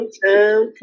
time